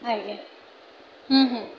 ଆଜ୍ଞା ହୁଁ ହୁଁ